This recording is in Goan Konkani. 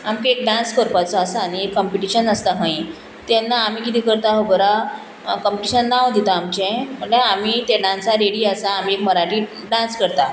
आमकां एक डांस करपाचो आसा आनी एक कंपिटिशन आसता खंय तेन्ना आमी कितें करता खबर आहा कंपिटिशन नांव दिता आमचें म्हटल्यार आमी तें डांसा रेडी आसा आमी एक मराठी डांस करता